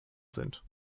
sind